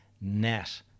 net